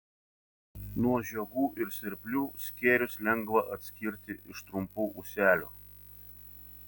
nuo žiogų ir svirplių skėrius lengva atskirti iš trumpų ūselių